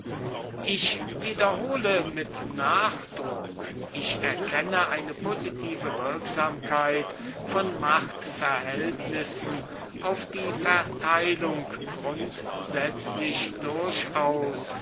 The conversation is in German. ich wiederhole mit nachdruck ich erkenne eine positive wirksamkeit von machtverhältnissen auf die verteilung grundsätzlich durchaus